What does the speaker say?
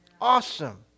awesome